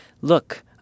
look